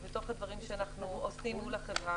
ובתוך הדברים שאנחנו עושים מול החברה,